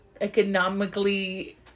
economically